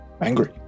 Angry